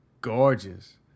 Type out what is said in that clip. gorgeous